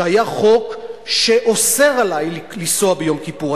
שהיה חוק שאוסר עלי לנסוע ביום כיפור,